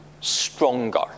stronger